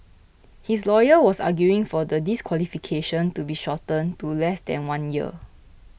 his lawyer was arguing for the disqualification to be shortened to less than one year